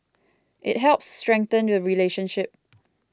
it helps strengthen the relationship